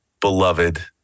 beloved